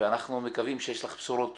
ואנחנו מקווים שיש לך בשורות טובות.